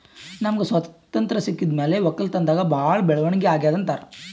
ನಮ್ಗ್ ಸ್ವತಂತ್ರ್ ಸಿಕ್ಕಿದ್ ಮ್ಯಾಲ್ ವಕ್ಕಲತನ್ದಾಗ್ ಭಾಳ್ ಬೆಳವಣಿಗ್ ಅಗ್ಯಾದ್ ಅಂತಾರ್